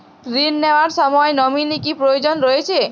ঋণ নেওয়ার সময় নমিনি কি প্রয়োজন রয়েছে?